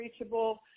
reachable